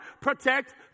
protect